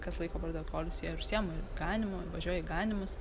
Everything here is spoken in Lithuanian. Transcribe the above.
kas laiko borderkolius jie ir užsiema ir ganymu ir važiuoja į ganymus